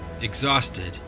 Exhausted